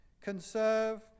Conserve